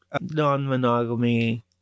non-monogamy